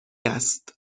است